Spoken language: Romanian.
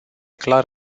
clar